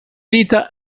vita